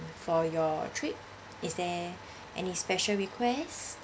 for your trip is there any special request